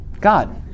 God